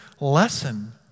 lesson